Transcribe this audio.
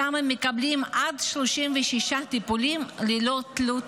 שם הם מקבלים עד 36 טיפולים ללא תלות